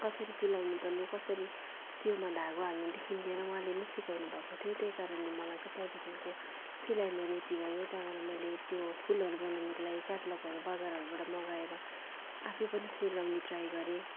कसरी सिलाउनु पर्ने कसरी सियोमा धागो हाल्नुदेखि लिएर उहाँले सिकाउनु भएको थियो त्यही कारणले मलाई चाहिँ त्यहाँदेखिको सिलाईमा रूचि भयो त्यहाँबाट मैले त्यो फुलहरू बनाउनको लागि क्याटलगहरू बजारहरूबाट मगाएर आफै पनि सिलाउने ट्राई गरे